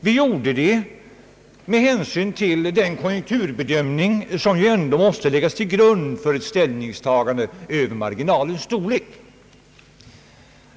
Vi gjorde det med hänsyn till den konjunkturbedömning som ändå måste läggas till grund för ett ställningstagande till marginalens storlek.